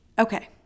Okay